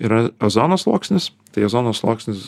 yra ozono sluoksnis tai ozono sluoksnis